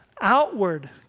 outward